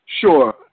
Sure